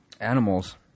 Animals